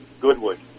Goodwood